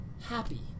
happy